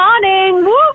morning